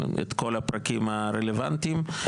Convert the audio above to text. את כל הפרקים הרלוונטיים.